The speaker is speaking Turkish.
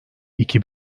iki